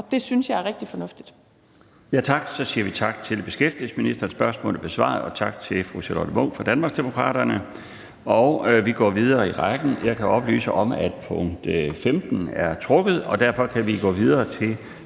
og det synes jeg er rigtig fornuftigt.